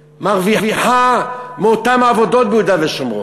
מרוויחה מאותן עבודות ביהודה ושומרון.